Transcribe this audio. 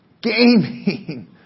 Gaming